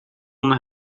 naar